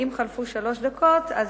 ואם חלפו שלוש דקות אז